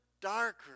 darker